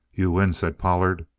you win, said pollard.